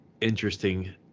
interesting